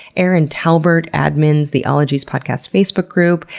erin talbert admins the ologies podcast facebook group.